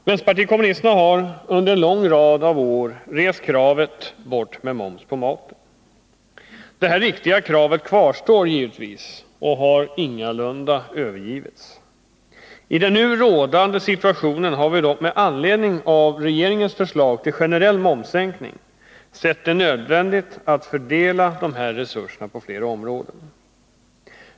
Vänsterpartiet kommunisterna har under en lång rad av år rest kravet ”bort med momsen på maten”. Detta viktiga krav kvarstår givetvis och har ingalunda övergivits. I den nu rådande situationen har vi dock med anledning av regeringens förslag till generell momssänkning ansett det nödvändigt att fördela resurserna på flera områden.